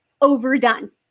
overdone